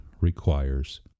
requires